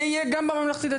זה יהיה גם בממלכתי-דתי,